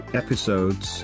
episodes